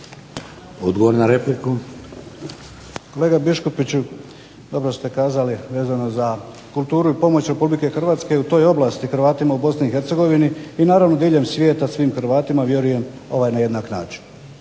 Rade (HDZ)** Kolega Biškupiću dobro ste kazali vezano za kulturu i pomoć RH i u toj oblasti Hrvatima u BiH i naravno diljem svijeta svim Hrvatima vjerujem na jednak način.